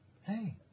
Hey